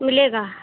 मिलेगा